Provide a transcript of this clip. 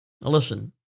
Listen